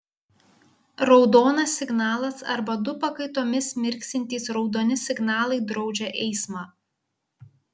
raudonas signalas arba du pakaitomis mirksintys raudoni signalai draudžia eismą